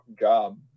job